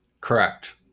Correct